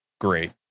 great